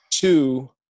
Two